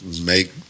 make